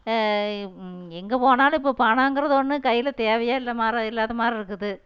எங்கே போனாலும் இப்போ பணங்கிறது ஒன்று கையில் தேவையே இல்லை மாரி இல்லாத மாரியிருக்குது